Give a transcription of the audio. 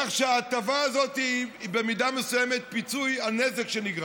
כך שהטבה הזאת היא במידה מסוימת פיצוי על נזק שנגרם.